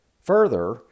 Further